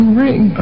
ring